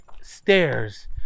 stairs